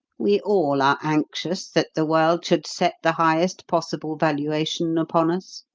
we all are anxious that the world should set the highest possible valuation upon us.